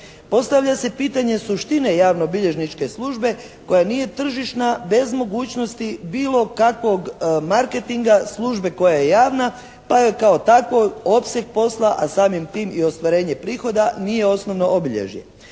Postavlja se pitanje suštine javno-bilježničke službe koja nije tržišna bez mogućnosti bilo kakvog marketinga službe koja je javna pa joj kao takvoj opseg posla a samim tim i ostvarenje prihoda nije osnovno obilježje.